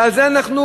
ועל זה אנחנו,